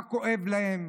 מה כואב להן?